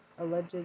alleged